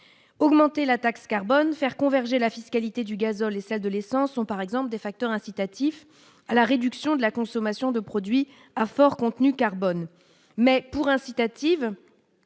augmenter la taxe carbone, faire converger la fiscalité du gazole et celle de l'essence sont par exemple des facteurs incitatifs à la réduction de la consommation de produits à fort contenu carbone mais pour incitative,